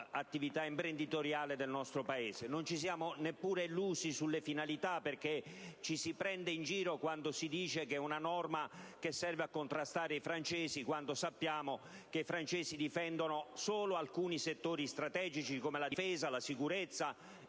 attività imprenditoriale del nostro Paese. *(Applausi dal Gruppo IdV)*. Non ci siamo neppure illusi sulle finalità, perché ci si prende in giro quando si dice che è una norma che serve a contrastare i francesi, quando sappiamo che questi ultimi difendono solo alcuni settori strategici, come la difesa, la sicurezza e